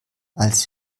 als